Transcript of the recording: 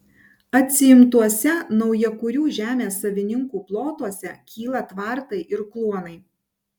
atsiimtuose naujakurių žemės savininkų plotuose kyla tvartai ir kluonai